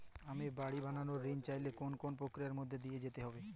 আমি বাড়ি বানানোর ঋণ চাইলে কোন কোন প্রক্রিয়ার মধ্যে দিয়ে যেতে হবে?